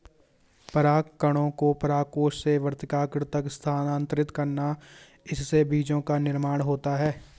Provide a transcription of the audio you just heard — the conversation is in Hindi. परागकणों को परागकोश से वर्तिकाग्र तक स्थानांतरित करना है, इससे बीजो का निर्माण होता है